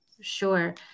sure